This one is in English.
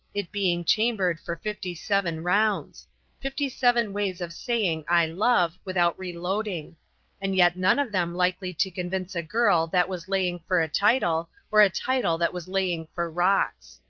it being chambered for fifty-seven rounds fifty-seven ways of saying i love without reloading and yet none of them likely to convince a girl that was laying for a title, or a title that was laying for rocks.